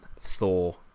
Thor